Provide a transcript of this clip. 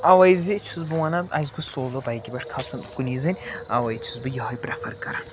اَؤے زِ چھُس بہٕ وَنان اسہِ گوٚژھ سولو بایِکہِ پٮ۪ٹھ کھَسُن کُنی زٔنۍ اَؤے چھُس بہٕ یِہٲے پرٛیٚفَر کَران